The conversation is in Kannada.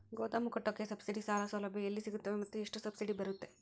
ಗೋದಾಮು ಕಟ್ಟೋಕೆ ಸಬ್ಸಿಡಿ ಸಾಲ ಸೌಲಭ್ಯ ಎಲ್ಲಿ ಸಿಗುತ್ತವೆ ಮತ್ತು ಎಷ್ಟು ಸಬ್ಸಿಡಿ ಬರುತ್ತೆ?